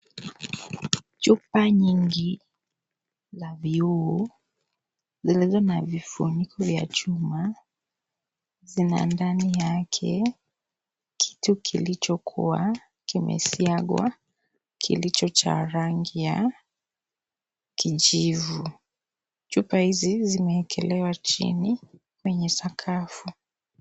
Chupa nyingi za vioo zilizona vifiniko vya chuma kina ndani yake kitu kilichokuwa vimesiagwa kilicho cha rangi ya kijivu .chupa hizi zimeekelewa chini kwenye sakafu.